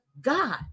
God